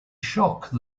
shock